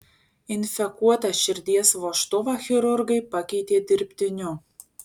infekuotą širdies vožtuvą chirurgai pakeitė dirbtiniu